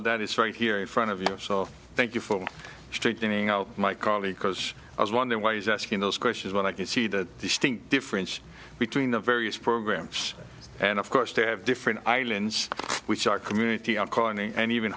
of that is right here in front of you so thank you for straightening out my call because i was wondering why he's asking those questions when i can see the distinct difference between the various programs and of course they have different islands which are community of color and even